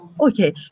okay